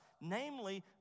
namely